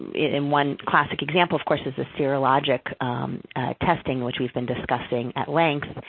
in one classic example, of course, is the serologic testing, which we've been discussing at length,